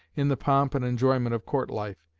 in the pomp and enjoyment of court life.